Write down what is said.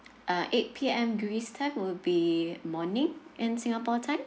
uh eight P_M greece time will be morning and singapore time